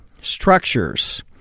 structures